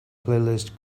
playlist